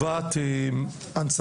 לומר לך על הגילוי הנאות,